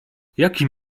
jakim